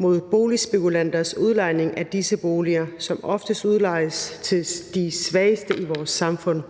over for boligspekulanters udlejning af disse boliger, som ofte udlejes til de svageste i vores samfund.